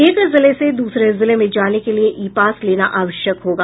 एक जिले से दूसरे जिले में जाने के लिये ई पास लेना आवश्यक होगा